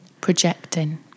projecting